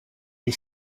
est